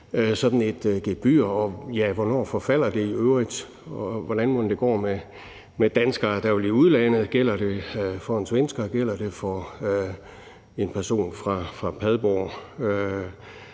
sådan et gebyr? Hvornår forfalder det i øvrigt? Og hvordan mon det går med danskere, der er i udlandet? Gælder det for en svensker? Gælder det for en person fra Padborg?